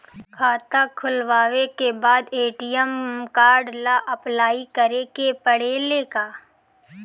खाता खोलबाबे के बाद ए.टी.एम कार्ड ला अपलाई करे के पड़ेले का?